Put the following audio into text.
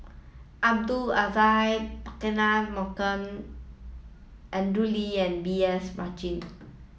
Abdul Aziz Pakkeer Mohamed Andrew Lee and B S Rajhans